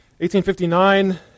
1859